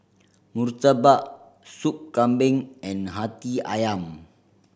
murtabak Sup Kambing and Hati Ayam